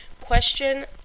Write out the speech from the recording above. Question